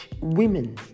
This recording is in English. women